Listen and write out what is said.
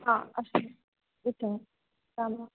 हा अस्तु गच्छ रां रां